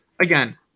again